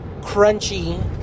Crunchy